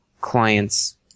client's